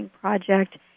project